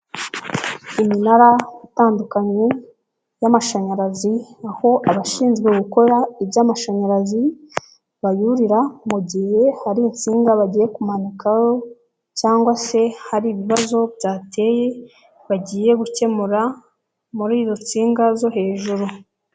Iminara itandukanye y'amashanyarazi aho abashinzwe gukora iby'amashanyarazi bayurira, mu gihe hari insinga bagiye kumanikaho cyangwa se hari ibibazo byateye bagiye gukemura muri izo nsinga zo hejuru.